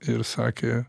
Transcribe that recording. ir sakė